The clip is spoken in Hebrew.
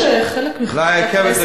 צריך להעביר את הכול לוועדת העבודה והבריאות.